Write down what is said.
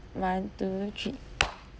one two three